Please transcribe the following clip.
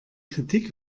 kritik